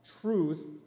truth